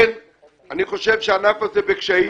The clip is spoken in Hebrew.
אני חושב שאנחנו קצת בקשיים